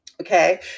Okay